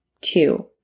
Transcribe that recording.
Two